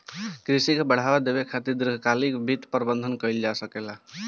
कृषि के बढ़ावा देबे खातिर दीर्घकालिक वित्त प्रबंधन कइल जा सकेला